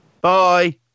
bye